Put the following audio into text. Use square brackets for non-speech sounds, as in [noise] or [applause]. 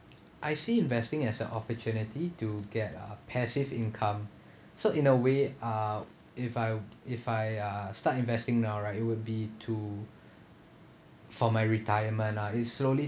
I see investing as a opportunity to get a passive income so in a way uh if I if I uh start investing now right it would be to [breath] for my retirement ah it's slowly